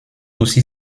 aussi